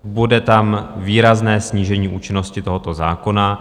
Bude tam výrazné snížení účinnosti tohoto zákona.